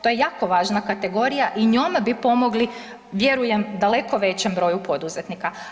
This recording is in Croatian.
To je jako važna kategorija i njome bi pomogli, vjerujem daleko većem broju poduzetnika.